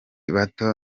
bato